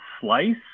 slice